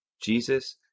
Jesus